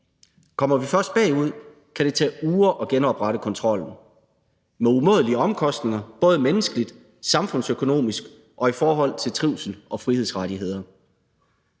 Kommer vi først bagud, kan det tage uger at genoprette kontrollen – med umådelige omkostninger, både menneskeligt, samfundsøkonomisk og i forhold til trivsel og frihedsrettigheder.